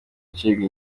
acibwa